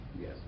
Yes